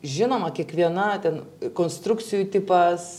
žinoma kiekviena ten konstrukcijų tipas